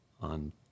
on